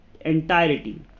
entirety